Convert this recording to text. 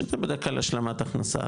שזה בדרך כלל השלמה הכנסה,